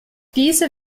diese